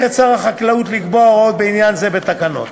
את שר החקלאות לקבוע הוראות בעניין זה בתקנות.